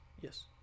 Yes